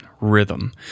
Rhythm